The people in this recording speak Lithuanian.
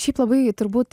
šiaip labai turbūt